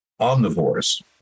omnivores